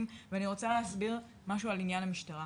ואני רוצה להסביר משהו על עניין המשטרה.